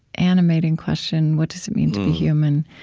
animating question, what does it mean to be human?